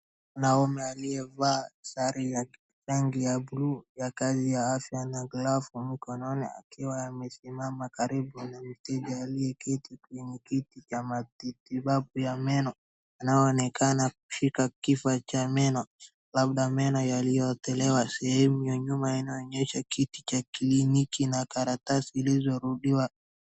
Mwanaume aliyevaa sare ya rangi ya buluu ya kazi ya afya na glavu mkononi akiwa amesimama karibu na mteja aliyeketi kwenye kiti cha matibabu ya meno, inayoonekana katika kifaa cha meno, labda meno yaliyotolewa sehemu ya nyuma inaonyesha kiti cha kliniki na karatasi iliyorudiwa.